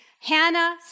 Hannah